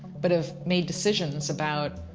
but have made decisions about